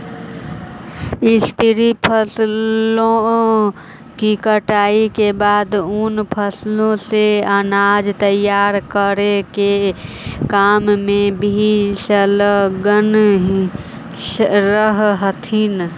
स्त्रियां फसलों की कटाई के बाद उन फसलों से अनाज तैयार करे के काम में भी संलग्न रह हथीन